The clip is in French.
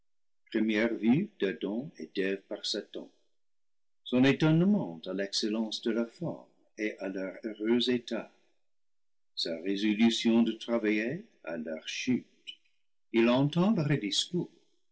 première vue d'adam et d'eve par satan son étonnement à l'excellence de leur forme et à leur heureux etat sa révolution de travailler à leur chute il entend leurs discours